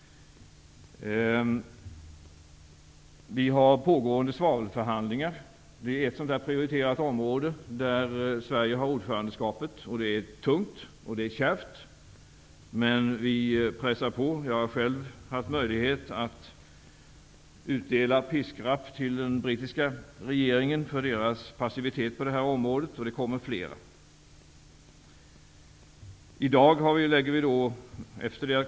Det pågår svavelförhandlingar -- det är ett prioriterat område -- där Sverige har ordförandeskapet. Det är tungt och kärvt, men vi pressar på. Jag har själv haft möjlighet att utdela piskrapp till den brittiska regeringen för deras passivitet på detta område, och det kommer flera.